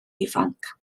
ifanc